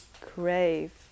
crave